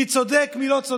מי צודק, מי לא צודק,